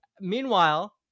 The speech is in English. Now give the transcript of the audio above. Meanwhile